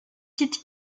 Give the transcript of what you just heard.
sites